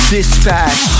Dispatch